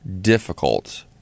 difficult